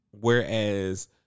Whereas